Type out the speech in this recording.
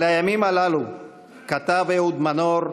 על הימים הללו כתב אהוד מנור: